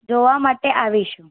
જોવા માટે આવીશું